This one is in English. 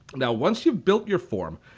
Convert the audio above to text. now once you've built your form,